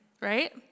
right